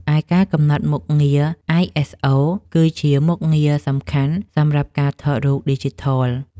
ឯការកំណត់មុខងារ អាយ អេស អូ គឺជាមុខងារសំខាន់សម្រាប់ការថតរូបឌីជីថល។